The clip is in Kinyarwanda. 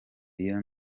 iyo